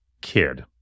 kid